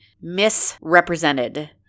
misrepresented